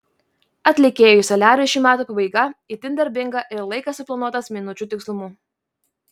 atlikėjui soliariui šių metų pabaiga itin darbinga ir laikas suplanuotas minučių tikslumu